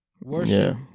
Worship